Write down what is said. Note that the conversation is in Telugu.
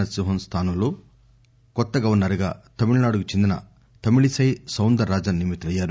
నరసింహస్ స్హానంలో కొత్త గవర్సర్ గా తమిళనాడుకు చెందిన తమిళిసై సౌందర రాజస్ నియమితులయ్యారు